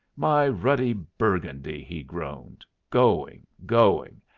my ruddy burgundy! he groaned, going, going!